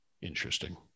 Interesting